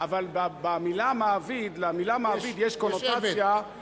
אבל למלה "מעביד" יש קונוטציה, יש עבד.